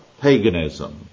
paganism